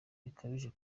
bikabije